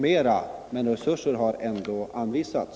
Men resurser har ändå anvisats.